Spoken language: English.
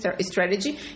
strategy